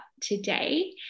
today